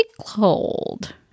cold